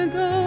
go